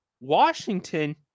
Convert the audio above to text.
Washington